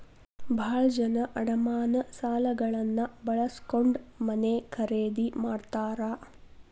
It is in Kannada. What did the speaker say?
ಭಾಳ ಜನ ಅಡಮಾನ ಸಾಲಗಳನ್ನ ಬಳಸ್ಕೊಂಡ್ ಮನೆ ಖರೇದಿ ಮಾಡ್ತಾರಾ